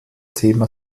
thema